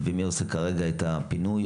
ומי עושה כרגע את הפינוי,